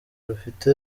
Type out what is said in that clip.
rufite